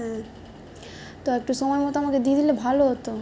হ্যাঁ তো একটু সময় মতো আমাকে দিয়ে দিলে ভালো হতো